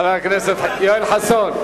חבר הכנסת יואל חסון.